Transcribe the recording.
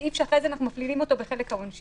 סעיף שאחרי זה אנחנו מכלילים אותו בחלק העונשי.